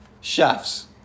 chefs